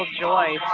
joy